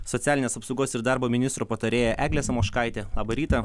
socialinės apsaugos ir darbo ministro patarėja eglė samoškaitė labą rytą